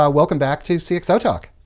ah welcome back to cxotalk!